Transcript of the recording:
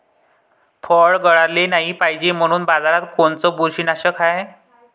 फळं गळाले नाही पायजे म्हनून बाजारात कोनचं बुरशीनाशक हाय?